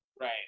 Right